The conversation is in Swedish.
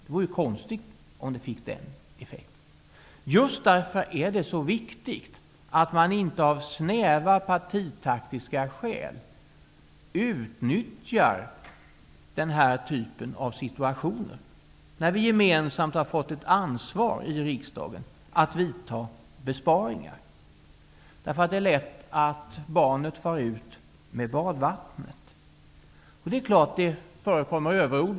Det vore konstigt om effekten blev att förtroendet ökar. Just därför är det så viktigt att man inte av snäva partitaktiska skäl utnyttjar den här typen av situationer, när vi gemensamt har fått ett ansvar i riksdagen att vidta besparingar. Det är lätt hänt att barnet far ut med badvattnet. Det är klart att det förekommer överord.